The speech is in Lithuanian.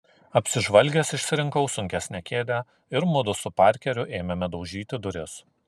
apsižvalgęs išsirinkau sunkesnę kėdę ir mudu su parkeriu ėmėme daužyti duris